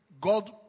God